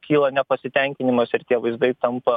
kyla nepasitenkinimas ir tie vaizdai tampa